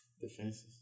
defenses